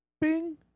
Bing